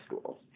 schools